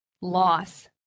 loss